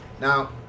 Now